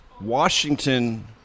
Washington